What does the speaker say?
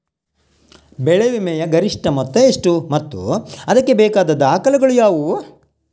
ಬೆಳೆ ವಿಮೆಯ ಗರಿಷ್ಠ ಮೊತ್ತ ಎಷ್ಟು ಮತ್ತು ಇದಕ್ಕೆ ಬೇಕಾದ ದಾಖಲೆಗಳು ಯಾವುವು?